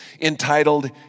entitled